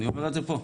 אני אומר את זה פה.